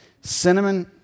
cinnamon